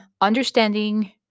understanding